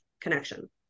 connection